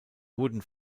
wurden